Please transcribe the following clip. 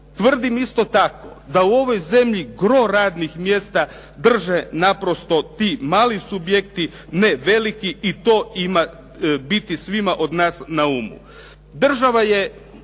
Tvrdim isto tako da u ovoj zemlji gro radnih mjesta drže naprosto ti mali subjekti, ne veliki i to ima biti svima od nas na umu.